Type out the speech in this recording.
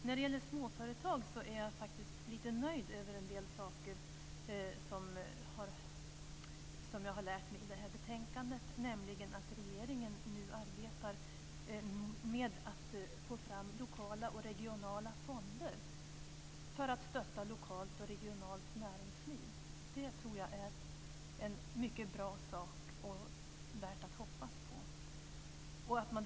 När det gäller småföretag är jag faktiskt lite nöjd med en del saker som jag har lärt mig i betänkandet, nämligen att regeringen nu arbetar med att få fram lokala och regionala fonder för att stötta lokalt och regionalt näringsliv. Det tror jag är en mycket bra sak, och värd att hoppas på.